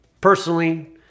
personally